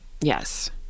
Yes